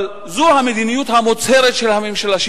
אבל זו המדיניות המוצהרת של הממשלה,